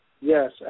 Yes